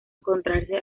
encontrarse